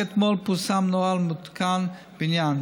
רק אתמול פורסם נוהל מעודכן בעניין.